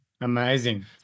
Amazing